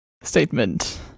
statement